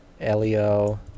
Elio